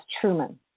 Truman